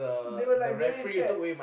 they were like really scared